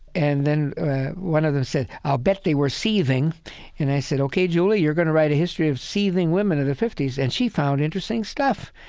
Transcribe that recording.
and then one of them said, i'll bet they were seething and i said, ok, julie, you're going to right a history of seething women of the zero and she found interesting stuff.